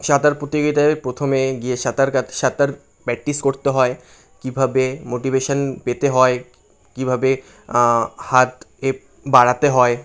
সাঁতার প্রতিযোগিতায় প্রথমে গিয়ে সাঁতার কা সাঁতার প্র্যাকটিস করতে হয় কীভাবে মোটিভেশান পেতে হয় কীভাবে হাতে বাড়াতে হয়